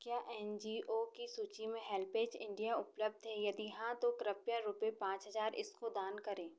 क्या N G O की सूची में हेल्पेज इंडिया उपलब्ध है यदि हाँ तो कृपया रुपये पाँच हजार इसको दान करें